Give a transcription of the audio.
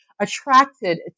attracted